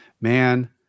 Man